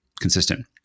consistent